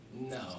No